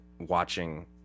watching